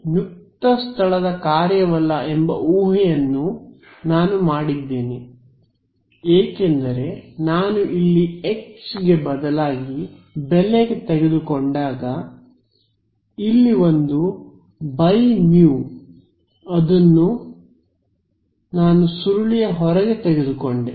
mu ಮುಕ್ತ ಸ್ಥಳದ ಕಾರ್ಯವಲ್ಲ ಎಂಬ ಊಹೆಯನ್ನೂ ನಾನು ಮಾಡಿದ್ದೇನೆ ಏಕೆಂದರೆ ನಾನು ಇಲ್ಲಿ H ಗೆ ಬದಲಿಯಾಗಿ ಬೆಲೆ ತೆಗೆದುಕೊಂಡಾಗ ಇಲ್ಲಿ ಒಂದು ಬೈ ಮ್ಯೂ ಅದನ್ನು ನಾನು ಸುರುಳಿಯ ಹೊರಗೆ ತೆಗೆದುಕೊಂಡೆ